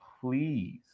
please